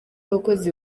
abakozi